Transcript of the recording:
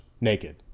naked